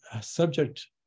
subject